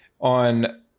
on